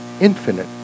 infinite